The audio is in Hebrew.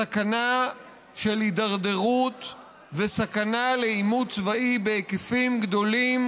סכנה של הידרדרות וסכנה לעימות צבאי בהיקפים גדולים,